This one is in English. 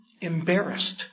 embarrassed